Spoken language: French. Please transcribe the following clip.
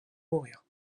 mourir